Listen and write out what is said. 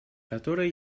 которое